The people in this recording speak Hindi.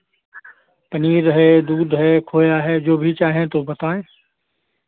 पनीर है दूध है खोया है जो भी चाहें तो बताएं